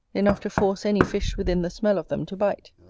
enough to force any fish within the smell of them to bite.